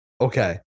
okay